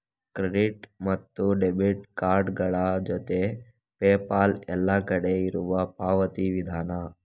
credit ಮತ್ತು debit ಕಾರ್ಡುಗಳ ಜೊತೆಗೆ ಪೇಪಾಲ್ ಎಲ್ಲ ಕಡೆ ಇರುವ ಪಾವತಿ ವಿಧಾನ